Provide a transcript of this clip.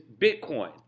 Bitcoin